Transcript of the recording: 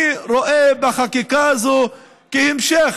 אני רואה בחקיקה הזאת המשך